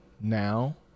now